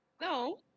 No